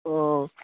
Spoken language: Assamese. অঁ